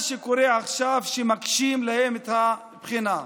מה שקורה עכשיו זה שמקשים את הבחינה שלהם.